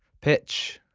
pitch.